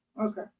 okay